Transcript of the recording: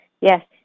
yes